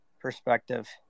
perspective